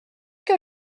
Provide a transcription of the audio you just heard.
que